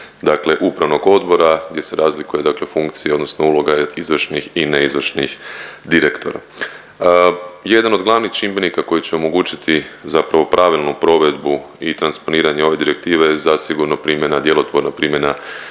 dakle upravnog odbora gdje se razlikuje dakle funkcija odnosno uloga izvršnih i neizvršnih direktora. Jedan od glavnih čimbenika koji će omogućiti zapravo pravilnu provedbu i transponiranje ove direktive je zasigurno primjena, djelotvorna primjena